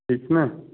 ٹھیٖک چھُ نا